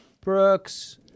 Brooks